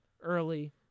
early